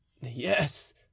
yes